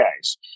guys